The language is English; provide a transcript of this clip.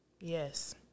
Yes